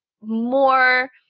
more